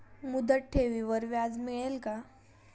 मुदत ठेवीवर व्याज मिळेल का?